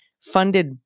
funded